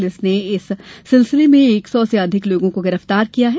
police ने इस सिलसिले में एक सौ से अधिक लोगों को गिरफ्तार किया है